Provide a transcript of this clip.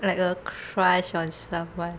like a crush on someone